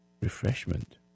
refreshment